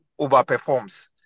overperforms